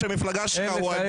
לא.